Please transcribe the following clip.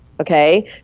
Okay